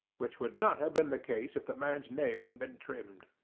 which would not have been the case if the man's nail had been trimmed.